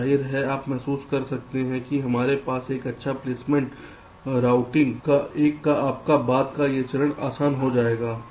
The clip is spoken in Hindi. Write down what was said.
तो जाहिर है आप महसूस कर सकते हैं कि हमारे पास एक अच्छा प्लेसमेंट है रूटिंग का आपका बाद का चरण आसान हो जाएगा